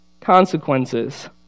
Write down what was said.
consequences